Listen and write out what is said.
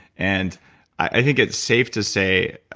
and i think it's safe to say,